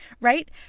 Right